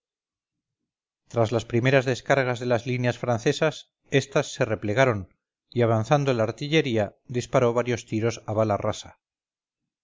tras las primeras descargas de las líneas francesas estas se replegaron y avanzando la artilleríadisparó varios tiros a bala rasa